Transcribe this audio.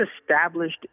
established